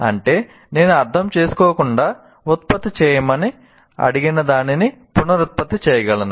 అంటే నేను అర్థం చేసుకోకుండా ఉత్పత్తి చేయమని అడిగినదానిని పునరుత్పత్తి చేయగలను